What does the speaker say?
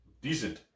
decent